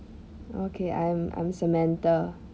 okay I'm I'm samantha